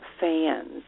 fans